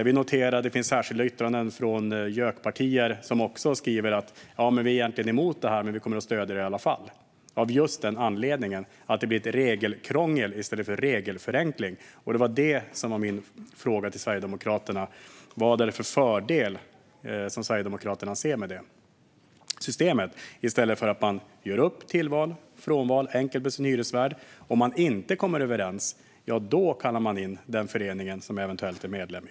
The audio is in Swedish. Vi noterar att det finns särskilda yttranden från JÖK-partier där det står att man egentligen är emot det här men kommer att stödja det i alla fall - just av anledningen att det blir regelkrångel i stället för regelförenkling. Vad ser Sverigedemokraterna för fördel med att man har det systemet i stället för att enkelt göra upp om tillval och frånval med sin hyresvärd och sedan, om man inte kommer överens, kalla in den förening som man eventuellt är medlem i?